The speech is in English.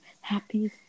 happy